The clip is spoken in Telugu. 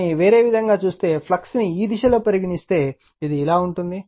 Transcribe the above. కానీ వేరే విధంగా చూస్తే ఫ్లక్స్ ను ఈ దిశ లో పరిగణిస్తే ఇది ఇలా ఉంటుంది